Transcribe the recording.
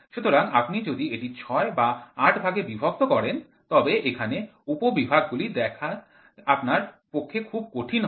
সুতরাং আপনি যদি এটি ৬ বা ৮ ভাগে বিভক্ত করেন তবে এখানে উপবিভাগ গুলি দেখা আপনার পক্ষে খুব কঠিন হবে